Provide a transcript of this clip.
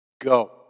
Go